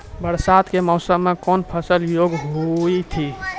बरसात के मौसम मे कौन फसल योग्य हुई थी?